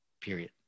period